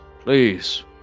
please